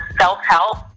self-help